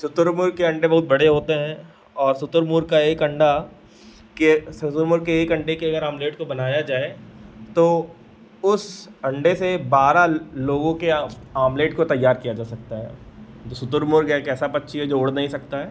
शुतुरमुर्ग के अण्डे बहुत बड़े होते हैं और शुतुरमुर्ग का एक अण्डा के शुतुरमुर्ग के एक अण्डे के अगर ऑमलेट को बनाया जाए तो उस अण्डे से बारह लोगों के ऑमलेट को तैयार किया जा सकता है जो शुतुरमुर्ग एक ऐसा पक्षी है जो उड़ नहीं सकता है